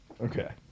Okay